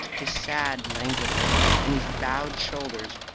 his sad, languid air, and his bowed shoulders,